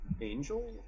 Angel